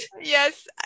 yes